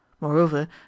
moreover